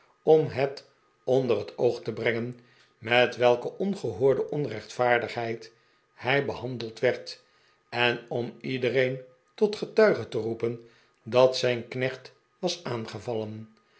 om het onder het oog te brengen met welke ongehoorde onrechtvaardigheid hij behandeld werd en om iedereen tot getuige te joepen dat zijn knecht was aangevaljen